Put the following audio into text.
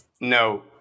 No